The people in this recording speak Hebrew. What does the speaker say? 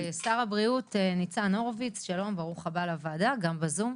השר ניצן הורוביץ, ברוך הבא לוועדה, גם בזום.